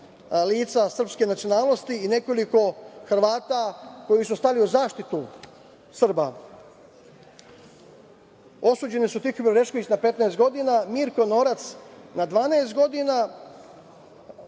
lica srpske nacionalnosti i nekoliko Hrvata koji su stali u zaštitu Srba. Osuđeni su Tihomir Orešković na 15 godina, Mirko Norac na 12 godina,